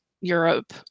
Europe